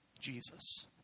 Jesus